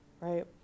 Right